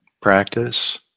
practice